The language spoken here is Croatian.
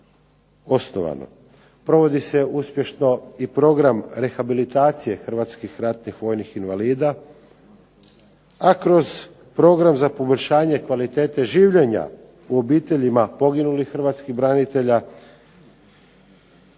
osnovano. Provodi se uspješno i program rehabilitacije hrvatskih ratnih vojnih invalida, a kroz program za poboljšanje kvalitete življenja u obiteljima poginulih Hrvatskih branitelja,